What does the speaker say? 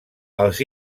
els